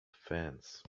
fence